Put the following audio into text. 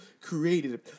created